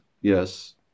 yes